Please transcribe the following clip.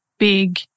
Big